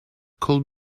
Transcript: could